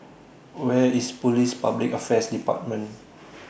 Where IS Police Public Affairs department